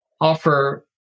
offer